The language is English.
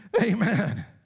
Amen